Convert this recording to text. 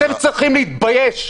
אתם צריכים להתבייש.